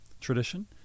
tradition